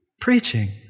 Preaching